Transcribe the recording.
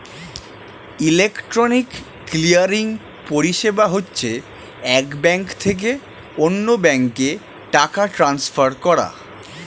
electronic clearing পরিষেবা হচ্ছে এক ব্যাঙ্ক থেকে অন্য ব্যাঙ্কে টাকা ট্রান্সফার করা